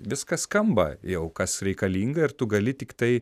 net viskas skamba jau kas reikalinga ir tu gali tiktai